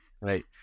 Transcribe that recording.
Right